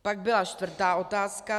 Pak byla čtvrtá otázka.